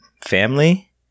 family